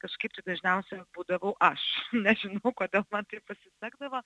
kažkaip taip dažniausia būdavau aš nežinau kodėl man pasisekdavo